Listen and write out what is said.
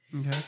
okay